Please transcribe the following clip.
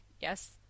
Yes